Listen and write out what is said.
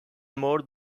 more